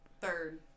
Third